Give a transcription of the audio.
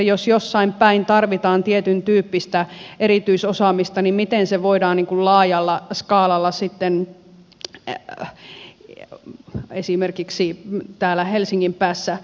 jos jossain päin tarvitaan tietyntyyppistä erityisosaamista niin miten se voidaan niin kuin laajalla skaalalla sitten esimerkiksi täällä helsingin päässä määritellä